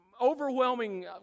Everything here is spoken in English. overwhelming